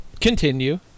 Continue